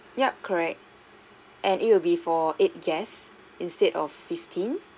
yup correct and it would be for eight guests instead of fifteen